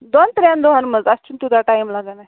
دۅن ترٛیٚن دۅہن منٛز اَتھ چھُنہٕ توٗتاہ ٹایِم لگان اَسہِ